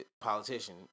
politician